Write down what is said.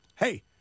Hey